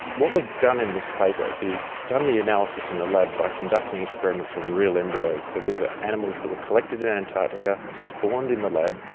what we've done in this paper is done the analysis in the lab by conducting experiments on real embryos, so these are animals that were collected in antarctica, spawned in the lab,